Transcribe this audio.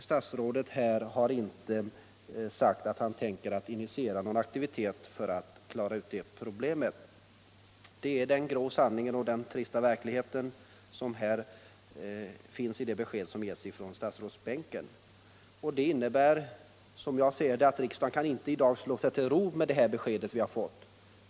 Statsrådet har inte heller här sagt att han tänker initiera någon aktivitet för att klara ut det problemet. Det är den grå sanningen och den trista verkligheten, som statsrådet Norling här ger i dag. Det innebär, som jag ser det, att riksdagen inte kan slå sig till ro med de besked som vi har fått.